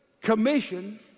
commission